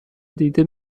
دیده